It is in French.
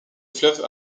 fleuve